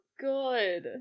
good